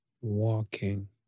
walking